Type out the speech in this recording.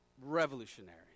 revolutionary